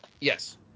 Yes